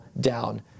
down